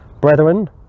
Brethren